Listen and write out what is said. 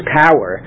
power